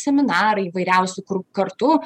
seminarai įvairiausi kur kartu